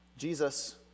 Jesus